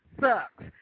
sucks